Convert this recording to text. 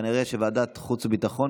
ועדת החוץ והביטחון,